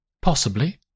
Possibly